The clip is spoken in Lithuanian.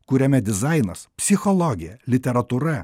kuriame dizainas psichologija literatūra